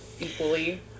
equally